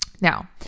now